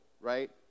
right